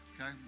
Okay